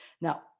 Now